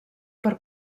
per